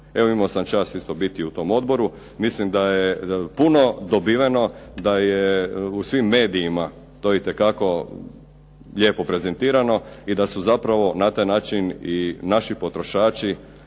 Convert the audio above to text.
Evo, imao sam čast isto biti u tom odboru. Mislim da je puno dobiveno, da je u svim medijima to itekako lijepo prezentirano i da su zapravo i na taj način i naši potrošači